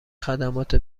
خدمات